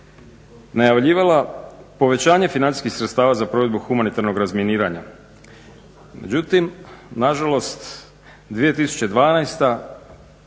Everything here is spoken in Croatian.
najavljivala povećanje financijskih sredstava za provedbu humanitarnog razminiranja. Međutim, na žalost 2012.,